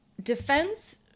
Defense